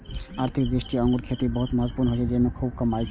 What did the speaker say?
आर्थिक दृष्टि सं अंगूरक खेती बहुत महत्वपूर्ण होइ छै, जेइमे खूब कमाई छै